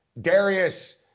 Darius